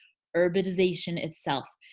urbanization itself,